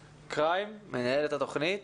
קריים, מנהלת התוכנית